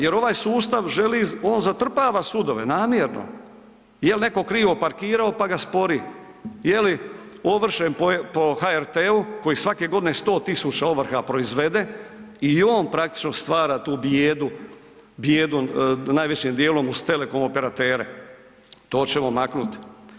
Jer ovaj sustav želi, on zatrpava sudove namjerno, jel netko krivo parkirao pa ga spori, je li ovršen po HRT-u koji svake godine 100.000 ovrha proizvede i on praktično stvara tu bijedu, bijedu najvećim dijelom uz telekom operatere, to ćemo maknuti.